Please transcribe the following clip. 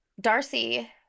Darcy